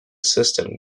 system